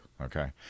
Okay